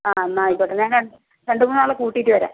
ആ എന്നാൽ ആയിക്കോട്ടെ ഞാൻ രണ്ട് മൂന്നാളെ കൂട്ടിയിട്ട് വരാം